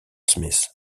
smith